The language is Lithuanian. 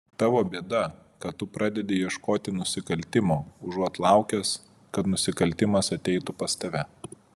tavo bėda kad tu pradedi ieškoti nusikaltimo užuot laukęs kad nusikaltimas ateitų pas tave